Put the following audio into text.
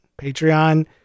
Patreon